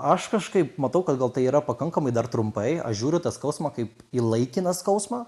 aš kažkaip matau kad gal tai yra pakankamai dar trumpai aš žiūriu į tą skausmą kaip į laikiną skausmą